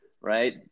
right